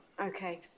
Okay